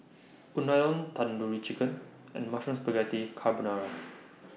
Unadon Tandoori Chicken and Mushroom Spaghetti Carbonara